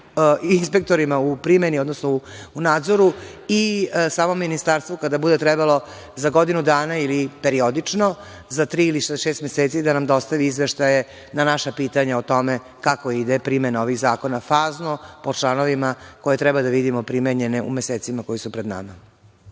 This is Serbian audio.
inspektorima u primeni, odnosno u nadzoru i samo ministarstvo kada bude trebalo za godinu dana ili periodično za tri ili šest meseci da nam dostavi izveštaje na naša pitanja o tome kako ide primena ovih zakona, fazno po članovima koje treba da vidimo primenjene u mesecima koji su pred nama.